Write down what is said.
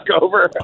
over